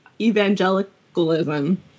evangelicalism